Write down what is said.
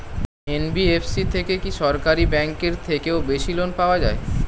NBFC থেকে কি সরকারি ব্যাংক এর থেকেও বেশি লোন পাওয়া যায়?